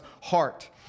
heart